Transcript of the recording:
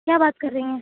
کیا بات کر رہی ہیں